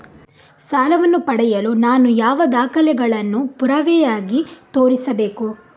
ಸಾಲವನ್ನು ಪಡೆಯಲು ನಾನು ಯಾವ ದಾಖಲೆಗಳನ್ನು ಪುರಾವೆಯಾಗಿ ತೋರಿಸಬೇಕು?